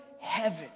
heaven